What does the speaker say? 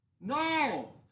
No